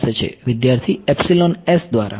વિદ્યાર્થી epsilon s દ્વારા